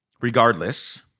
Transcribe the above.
Regardless